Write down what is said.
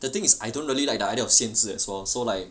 the thing is I don't really like the idea of 限制 as well so like